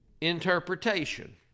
interpretation